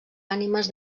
ànimes